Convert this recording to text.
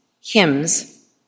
hymns